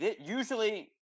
Usually